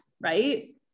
right